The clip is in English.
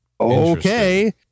okay